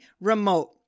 remote